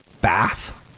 bath